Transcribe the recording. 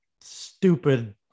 stupid